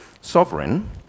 sovereign